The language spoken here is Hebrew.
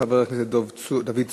חבר הכנסת דוד צור,